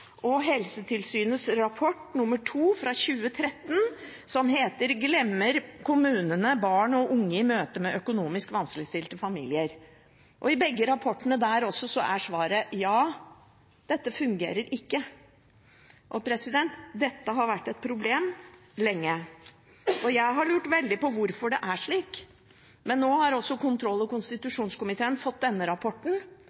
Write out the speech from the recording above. som heter Glemmer kommunene barn og unge i møte med økonomisk vanskeligstilte familier? I begge rapportene er svaret ja – dette fungerer ikke. Og dette har vært et problem lenge. Jeg har lurt veldig på hvorfor det er slik, men nå har også kontroll- og